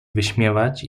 wyśmiewać